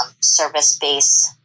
service-based